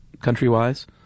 country-wise